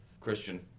Christian